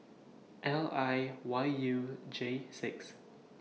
L I Y U J six